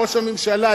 ראש הממשלה,